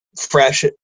fresh